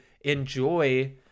enjoy